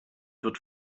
wird